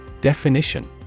Definition